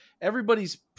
everybody's